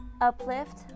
uplift